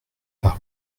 par